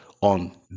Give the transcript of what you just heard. on